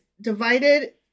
divided